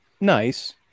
nice